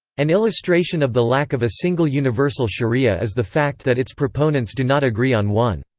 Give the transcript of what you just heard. an illustration of the lack of a single universal sharia is the fact that its proponents do not agree on one.